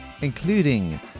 including